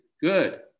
good